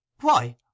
Why